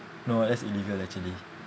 no that's illegal actually